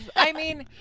i mean,